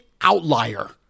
outlier